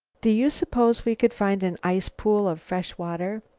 do you suppose we could find an ice-pool of fresh water?